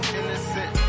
innocent